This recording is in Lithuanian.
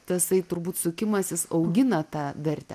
tasai turbūt sukimasis augina tą vertę